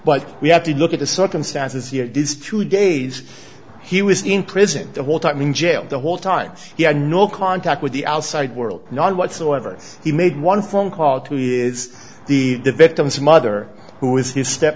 but we have to look at the circumstances to days he was in prison the whole time in jail the whole time he had no contact with the outside world none whatsoever he made one phone call to the victim's mother who is his step